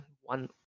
one